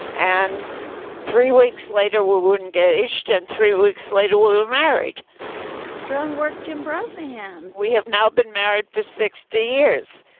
and three weeks later, we were engaged and three weeks later we were married strong work, jim brosnahan we have now been married for sixty years